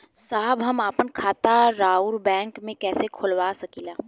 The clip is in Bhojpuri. साहब हम आपन खाता राउर बैंक में कैसे खोलवा सकीला?